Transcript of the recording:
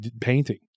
painting